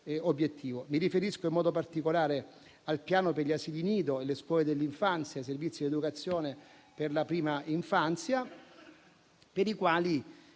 obiettivo. Mi riferisco in modo particolare al piano per gli asili nido e alle scuole dell'infanzia, nonché ai servizi di educazione per la prima infanzia, per i quali